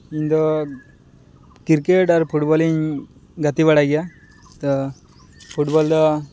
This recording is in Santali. ᱤᱧᱫᱚ ᱠᱤᱨᱠᱮᱴ ᱟᱨ ᱯᱷᱩᱴᱵᱚᱞᱤᱧ ᱜᱟᱛᱮ ᱵᱟᱲᱟᱭ ᱜᱮᱭᱟ ᱛᱚ ᱯᱷᱩᱴᱵᱚᱞᱫᱚ